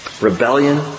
Rebellion